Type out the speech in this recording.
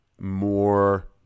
more